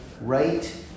right